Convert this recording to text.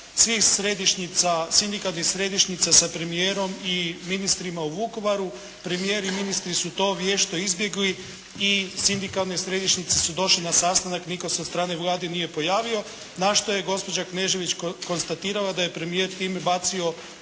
sindikalnih središnjica sa premijerom i ministrima u Vukovaru. Premijer i ministri su to vješto izbjegli i sindikalne središnjice su došle na sastanak, nitko se od strane Vlade nije pojavio. Na što je gospođa Knežević konstatirala da je premijer time bacio